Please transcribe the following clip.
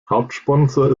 hauptsponsor